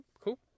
cool